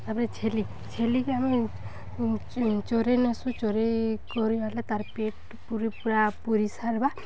ତା'ପରେ ଛେଲି ଛେଲିକେ ଆମେ ଚୋରେଇ ନେସୁ ଚୋରେଇ କରି ବେଲେ ତାର୍ ପେଟ୍ ପୁରି ପୁରା ପୁରିସାର୍ବା